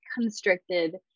constricted